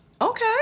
Okay